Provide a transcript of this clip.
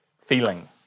Feeling